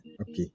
Okay